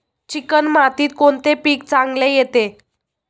Chicken मातीत कोणते पीक चांगले येते?